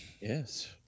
Yes